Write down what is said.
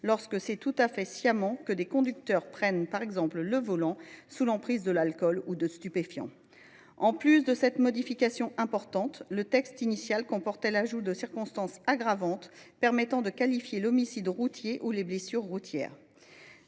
lorsque c’est tout à fait sciemment que des conducteurs prennent le volant sous l’emprise de l’alcool ou des stupéfiants. En plus de cette modification importante, le texte initial comportait l’ajout de circonstances aggravantes permettant de qualifier l’homicide routier ou les blessures routières.